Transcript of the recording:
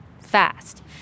fast